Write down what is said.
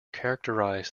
characterize